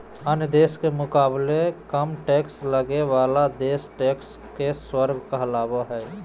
अन्य देश के मुकाबले कम टैक्स लगे बाला देश टैक्स के स्वर्ग कहलावा हई